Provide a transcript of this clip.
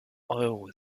euro